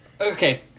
Okay